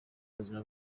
buzima